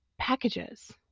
packages